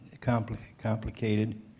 complicated